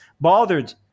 bothered